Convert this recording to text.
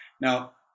now